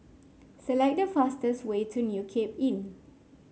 select the fastest way to New Cape Inn